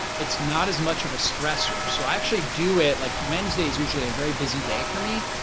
it's not as much of a stressor so actually do it like wednesday is usually a very busy day for me.